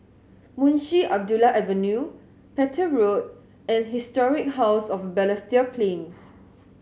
Munshi Abdullah Avenue Petir Road and Historic House of Balestier Plains